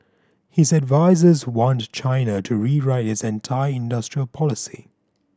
his advisers want China to rewrite its entire industrial policy